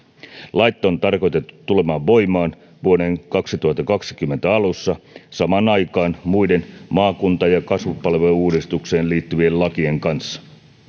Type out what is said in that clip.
lait on tarkoitettu tulemaan voimaan vuoden kaksituhattakaksikymmentä alussa samaan aikaan muiden maakunta ja kasvupalvelu uudistukseen liittyvien lakien kanssa